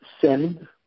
send